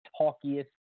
talkiest